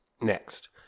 next